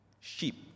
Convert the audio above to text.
sheep